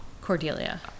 Cordelia